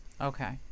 Okay